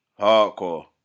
Hardcore